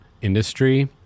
industry